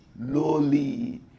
lowly